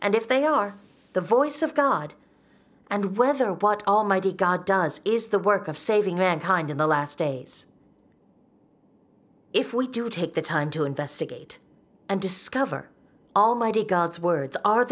and if they are the voice of god and whether what almighty god does is the work of saving mankind in the last days if we do take the time to investigate and discover almighty god's words are